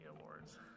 Awards